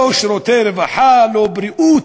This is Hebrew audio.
לא שירותי רווחה, לא בריאות.